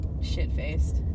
shit-faced